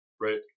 right